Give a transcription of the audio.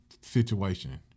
situation